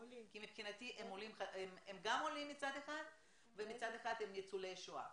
כי מבחינתי הם גם עולים מצד אחד והם גם ניצולי שואה.